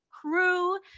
crew